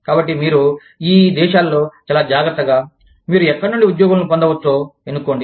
కాబట్టి మీరు ఈ దేశాలలో చాలా జాగ్రత్తగా మీరు ఎక్కడ నుండి ఉద్యోగులను పొందవచ్చో ఎన్నుకోండి